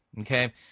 okay